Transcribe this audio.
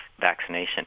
vaccination